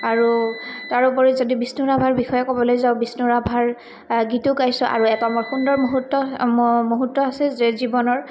আৰু তাৰপৰি যদি বিষ্ণুৰাভাৰ বিষয়ে ক'বলৈ যাওঁ বিষ্ণুৰাভাৰ গীতো গাইছোঁ আৰু এটা মোৰ সুন্দৰ মুহূ্ত মুহূৰ্ত আছে যে জীৱনৰ